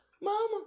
Mama